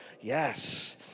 Yes